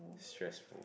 stressful